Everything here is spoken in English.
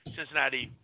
Cincinnati